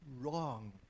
Wrong